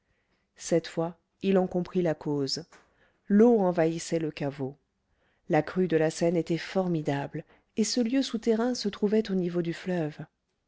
cette fois il en comprit la cause l'eau envahissait le caveau la crue de la seine était formidable et ce lieu souterrain se trouvait au niveau du fleuve